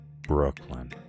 Brooklyn